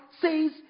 says